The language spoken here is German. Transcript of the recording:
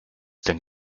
denn